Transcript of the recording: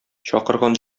чакырган